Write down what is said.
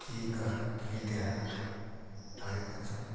कि घर कि डेरा भएका छौँ